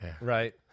Right